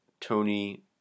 Tony